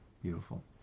beautiful